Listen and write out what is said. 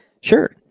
Sure